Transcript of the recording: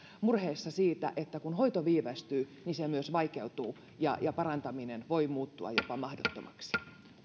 murheessa siitä että kun hoito viivästyy niin se myös vaikeutuu ja ja parantaminen voi muuttua jopa mahdottomaksi